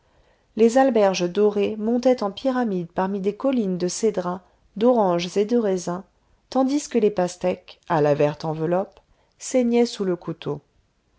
les alberges dorées montaient en pyramides parmi des collines de cédrats d'oranges et de raisin tandis que les pastèques à la verte enveloppe saignaient sous le couteau